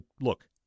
look